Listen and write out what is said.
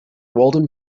walden